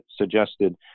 suggested